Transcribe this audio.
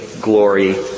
glory